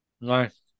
Nice